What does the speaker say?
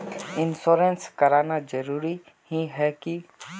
Insurance कराना जरूरी ही है की?